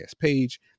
page